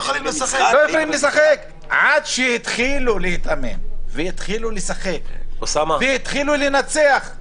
עד שהתחילו להתאמן, התחילו לשחק ולנצח,